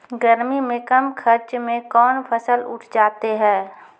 गर्मी मे कम खर्च मे कौन फसल उठ जाते हैं?